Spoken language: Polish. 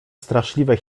straszliwe